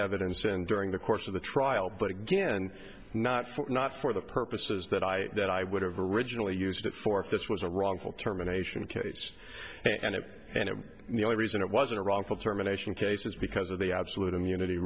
evidence to end during the course of the trial but again not for not for the purposes that i that i would have originally used it for if this was a wrongful termination case and it and the only reason it was a wrongful termination case is because of the absolute immunity